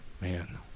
man